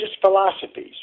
philosophies